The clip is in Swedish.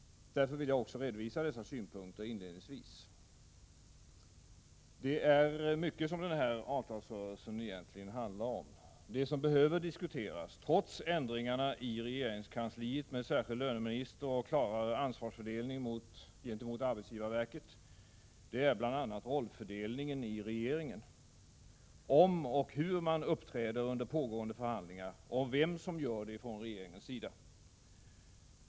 Därför ville jag inledningsvis redovisa dessa synpunkter. Avtalsrörelsen handlar egentligen om väldigt mycket. Det som behöver diskuteras, trots ändringarna i regeringskansliet med särskild löneminister och klarare ansvarsfördelning gentemot arbetsgivarverket, är bl.a. rollfördelningen i regeringen, alltså hur man skall uppträda under pågående förhandlingar och vem som skall göra det från regeringens sida.